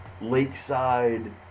lakeside